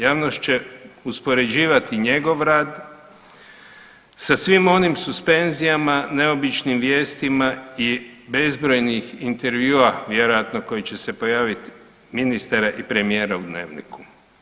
Javnost će uspoređivati njegov rad sa svim onim suspenzijama, neobičnim vijestima i bezbrojnih intervjua vjerojatno koji će se pojaviti ministara i premijera u Dnevniku.